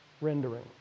rendering